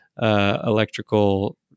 Electrical